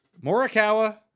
Morikawa